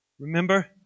Remember